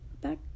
Back